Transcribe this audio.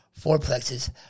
fourplexes